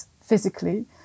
physically